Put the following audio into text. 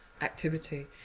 activity